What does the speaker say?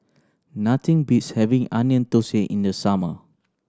nothing beats having Onion Thosai in the summer